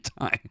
time